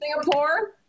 Singapore